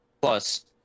plus